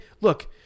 look